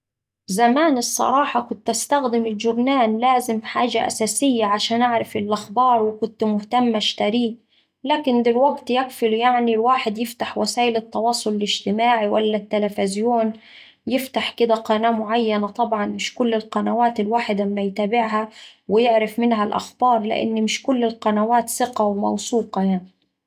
زمان الصراحة كنت استخدم الجورنان لازم حاجة أساسية عشان أعرف الأخبار وكت مهتمة أشتريه، لكن دلوقتي يكفي يعني الواحد يفتح وسايل التواصل الاجتماعي ولا التلفزيون يفتح كدا قناة معينة طبعا مش كل القنوات الواحد أما يتابعها ويعرف منها الأخبار لإن مش كل القنوات ثقة وموثوقة يعني